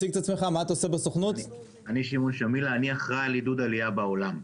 אני אחראי על עידוד עלייה בעולם.